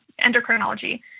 endocrinology